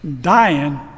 dying